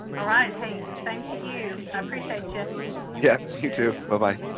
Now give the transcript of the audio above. all right hey you same to you i appreciate you yes you too bye bye